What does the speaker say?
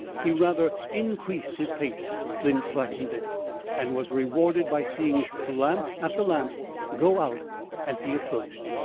he rather increased his pace than slackened it and was rewarded by seeing lamp after lamp go out as he approached.